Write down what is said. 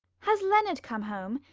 has leonard come home?